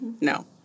No